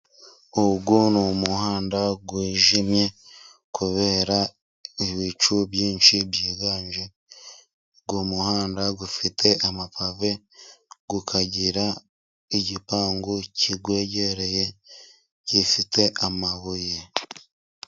Uyu ni umuhanda wijimye kubera ibicu byinshi byiganje, umuhanda ufite amapave ukagira igipangu kiwereye gifite amabuye.